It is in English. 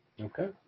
okay